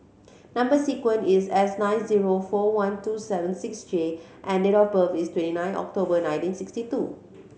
number sequence is S nine zero four one two seven six J and date of birth is twenty nine October nineteen sixty two